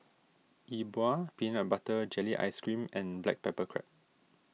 E Bua Peanut Butter Jelly Ice Cream and Black Pepper Crab